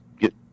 get